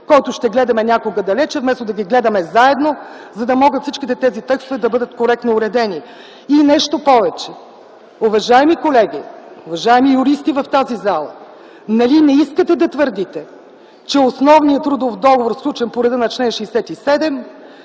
който ще гледаме някога далече, вместо да ги гледаме заедно, за да могат всички тези текстове да бъдат коректно уредени. Нещо повече. Уважаеми колеги, уважаеми юристи в тази зала, нали не искате да твърдите, че основният трудов договор, сключен по реда на чл. 67,